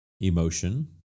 emotion